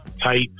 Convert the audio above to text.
type